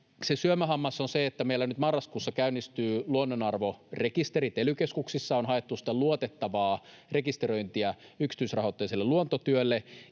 syömähammas on se, että meillä nyt marraskuussa käynnistyy luonnonarvorekisteri. Ely-keskuksissa on haettu sitä luotettavaa rekisteröintiä yksityisrahoitteiselle luontotyölle,